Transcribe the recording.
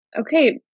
okay